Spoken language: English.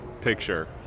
picture